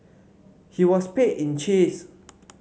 he was paid in cheese